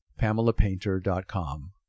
PamelaPainter.com